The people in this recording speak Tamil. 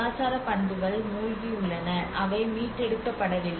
கலாச்சார பண்புகள் மூழ்கி உள்ளன அவை மீட்டெடுக்கப்படவில்லை